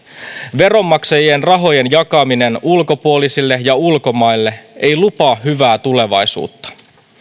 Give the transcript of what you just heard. veronmaksajien rahojen jakaminen ulkopuolisille ja ulkomaille ei lupaa hyvää tulevaisuutta